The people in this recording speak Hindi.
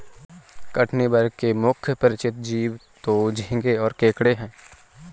कठिनी वर्ग के मुख्य परिचित जीव तो झींगें और केकड़े हैं